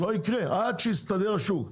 עד שיסתדר השוק,